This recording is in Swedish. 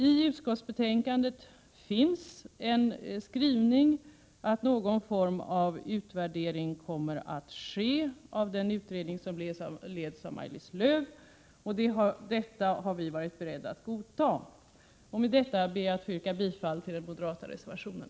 I utskottsbetänkandet finns en skrivning om att någon form av utvärdering kommer att ske av den utredning som leds av Maj-Lis Lööw, och detta har vi varit beredda att godta. Med detta ber jag att få yrka bifall till den moderata reservationen.